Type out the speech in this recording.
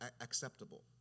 acceptable